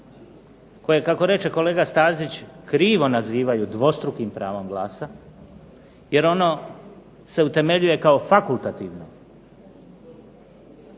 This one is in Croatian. koje, kako reče kolega Stazić, krivo nazivaju dvostrukim pravom glasa, jer ono se utemeljuje kao fakultativno